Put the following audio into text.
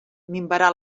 minvarà